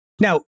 Now